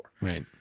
Right